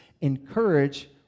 encourage